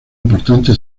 importante